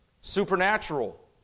supernatural